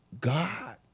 God